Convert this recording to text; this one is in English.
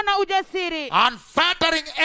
unfettering